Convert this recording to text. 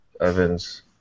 Evans